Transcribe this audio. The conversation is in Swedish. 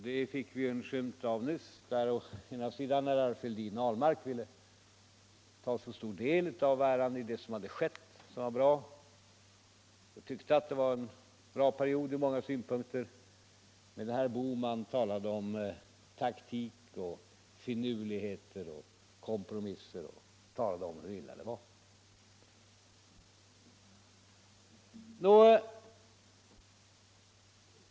Det fick vi en skymt av nyss, när å ena sidan herrar Fälldin och Ahlmark ville ta så stor del av äran för det positiva som skett — de tyckte att det ur många synpunkter varit en bra period — medan å andra sidan herr Bohman talade om taktik, finurligheter och kompromisser och framhöll hur illa det gått.